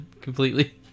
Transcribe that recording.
completely